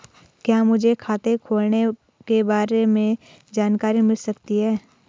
क्या मुझे खाते खोलने के बारे में जानकारी मिल सकती है?